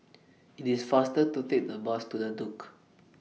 IT IS faster to Take The Bus to The Duke